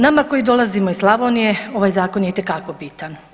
Nama koji dolazimo iz Slavonije ovaj zakon je itekako bitan.